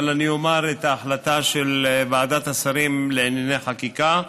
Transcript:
אבל אני אומר את ההחלטה של ועדת שרים לענייני חקיקה,